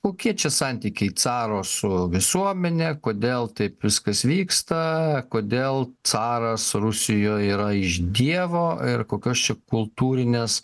kokie čia santykiai caro su visuomene kodėl taip viskas vyksta kodėl caras rusijoj yra iš dievo ir kokios čia kultūrinės